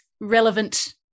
relevant